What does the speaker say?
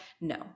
no